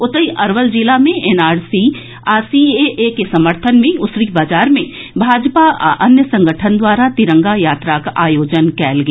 ओतहि अरवल जिला मे एनआरसी आ सीएए के समर्थन मे उसरी बाजार मे भाजपा आ अन्य संगठन द्वारा तिरंगा यात्राक आयोजन कयल गेल